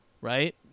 Right